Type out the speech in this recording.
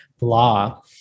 law